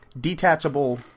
detachable